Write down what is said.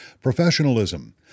professionalism